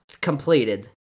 completed